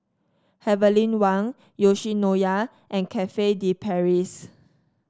Heavenly Wang Yoshinoya and Cafe De Paris